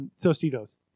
Tostitos